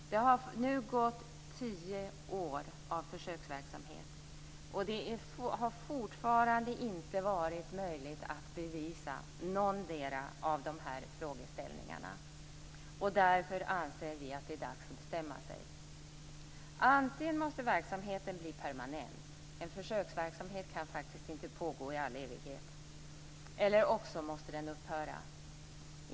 Det har nu gått tio år av försöksverksamhet. Det har fortfarande inte varit möjligt att bevisa någotdera av dessa. Därför anser vi att det är dags att bestämma sig. Antingen måste verksamheten bli permanent, en försöksverksamhet kan inte pågå i all evighet, eller också måste den upphöra.